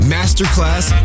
Masterclass